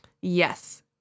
Yes